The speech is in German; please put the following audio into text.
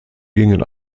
gingen